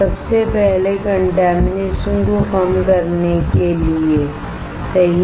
सबसे पहले कॉन्टेमिनेशन को कम करने के लिए सही है